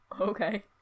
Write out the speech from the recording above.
okay